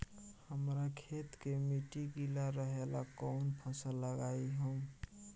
हमरा खेत के मिट्टी गीला रहेला कवन फसल लगाई हम?